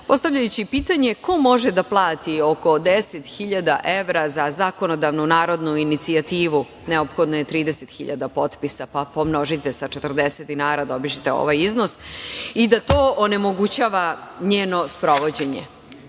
postavljajući pitanje ko može da plati oko 10.000 evra za zakonodavnu narodnu inicijativu, neophodno je 30 hiljada potpisa, pa pomnožite sa 40 dinara, dobićete ovaj iznos, i da to onemogućava njeno sprovođenje. Prvo,